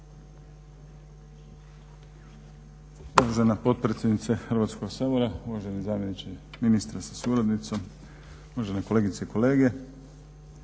Uvažena potpredsjednice Hrvatskog sabora, uvaženi zamjeniče ministra sa suradnicom, uvažene kolegice i kolege.